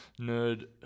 nerd